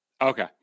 Okay